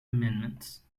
amendments